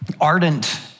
ardent